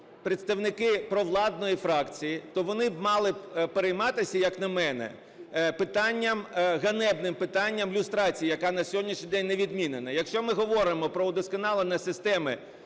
представники провладної фракції, то вони мали б перейматися, як на мене, питанням, ганебним питанням люстрації, яка на сьогоднішній день не відмінена. Якщо ми говоримо про удосконалення системи